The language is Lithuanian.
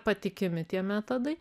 patikimi tie metodai